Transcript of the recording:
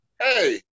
hey